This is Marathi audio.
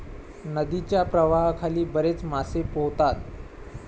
नदीच्या प्रवाहाखाली बरेच मासे पोहतात